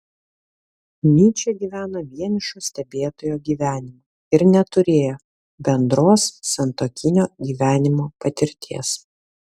nyčė gyveno vienišo stebėtojo gyvenimą ir neturėjo bendros santuokinio gyvenimo patirties